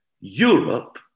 Europe